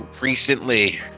recently